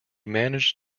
managed